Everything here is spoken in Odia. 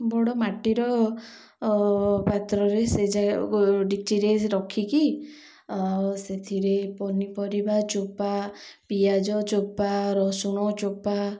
ବଡ଼ ମାଟିର ପାତ୍ରରେ ସେ ଜାଗା ଡିଚିରେ ରଖିକି ଆଉ ସେଥିରେ ପନିପରିବା ଚୋପା ପିଆଜ ଚୋପା ରସୁଣ ଚୋପା